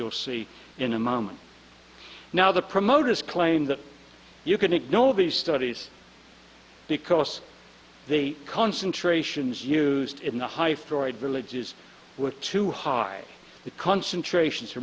you'll see in a moment now the promoters claim that you can ignore these studies because the concentrations used in the high freud villages were too high concentration